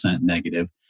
negative